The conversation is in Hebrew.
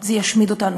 זה ישמיד אותנו.